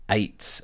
eight